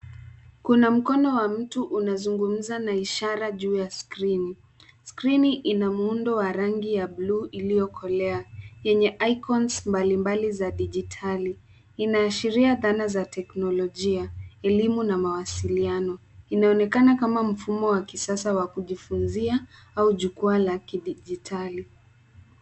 Kuna mkono wa mtu unazungumza na ishara juu ya skrini. Skrini ina muundo wa rangi ya bluu iliyokolea yenye icons mbalimbali za dijitali. Inaashiria dhana za teknolojia, elimu na mawasiliano. Inaonekana kama mfumo wa kisasa wa kujifunzia au jukwaa la kidijitali.